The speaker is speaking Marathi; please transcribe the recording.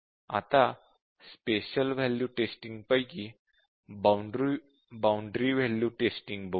आता स्पेशल वॅल्यू टेस्टिंग पैकी बाउंडरी वॅल्यू टेस्टिंग बघू